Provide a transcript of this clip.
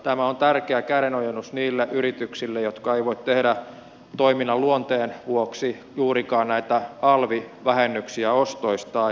tämä on tärkeä kädenojennus niille yrityksille jotka eivät voi tehdä toiminnan luonteen vuoksi juurikaan näitä alvivähennyksiä ostoistaan